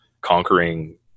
conquering